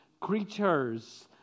creatures